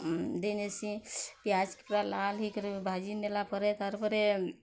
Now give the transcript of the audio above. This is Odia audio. ଦେଇନେସି ପିଆଜ୍ ପୁରା ଲାଲ୍ ହେଇକରି ଭାଜି ନେଲା ପରେ ତା'ର୍ ପରେ